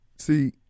See